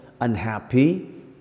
unhappy